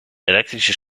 elektrische